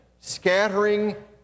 scattering